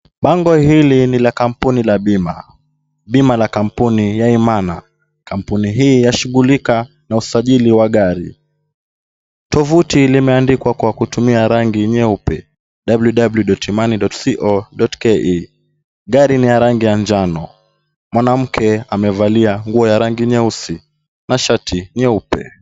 Bango hili ni la kampuni la bima. Bima la kampuni ya Imana. Kampuni hii yashughulika na usajili wa gari. Tovuti limeandikwa kwa kutumia rangi nyeupe, www.imani.co.ke ,gari ni ya rangi ya njano. Mwanamke amevalia nguo ya rangi nyeusi, na shati nyeupe.